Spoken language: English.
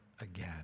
again